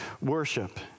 worship